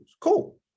Cool